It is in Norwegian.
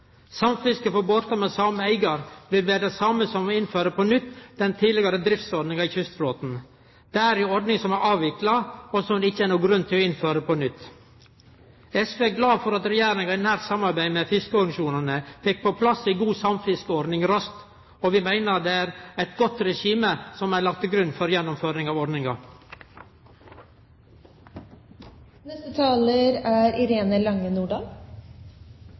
Samfiske for båtar med same eigar vil vere det same som å innføre på nytt den tidlegare driftsordninga i kystflåten. Det er ei ordning som er avvikla, og som det ikkje er nokon grunn til å innføre på nytt. SV er glad for at Regjeringa i nært samarbeid med fiskarorganisasjonane fekk på plass ei god samfiskeordning raskt, og vi meiner det er eit godt regime som er lagt til grunn for gjennomføring av ordninga. Senterpartiet er